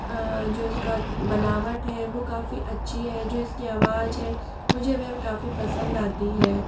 जो इसके बनावट है वो काफी अच्छी है जो इसकी आवाज है मुझे वह काफ़ी पसंद आती है